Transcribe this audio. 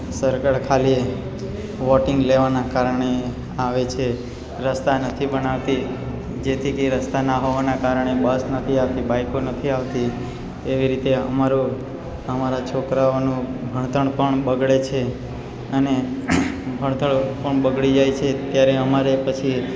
સરકાર ખાલી વોટિંગ લેવાના કારણે આવે છે રસ્તા નથી બનાવતી જેથી રસ્તા ના હોવાના કારણે બસ નથી આવતી બાઈકો નથી આવતી એવી રીતે અમારું અમારા છોકરાઓનું ભણતર પણ બગડે છે અને ભણતર પણ બગડી જાય છે ત્યારે અમારે પછી